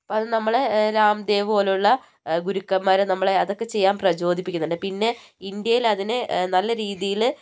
അപ്പം അത് നമ്മൾ രാം ദേവ് പോലുളള ഗുരുക്കൻമ്മാർ നമ്മളെ അതൊക്കെ ചെയ്യാൻ പ്രചോദിപ്പിക്കുന്നുണ്ട് പിന്നെ ഇന്ത്യയിൽ അതിന് നല്ല രീതിയിൽ